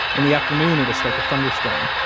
in the afternoon, it'll start to thunderstorm,